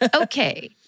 Okay